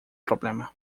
problema